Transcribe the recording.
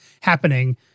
happening